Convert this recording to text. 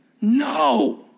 No